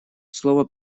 слово